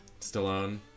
Stallone